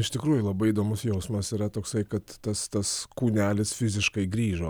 iš tikrųjų labai įdomus jausmas yra toksai kad tas tas kūnelis fiziškai grįžo